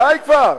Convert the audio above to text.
די כבר.